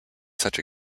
such